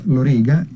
Loriga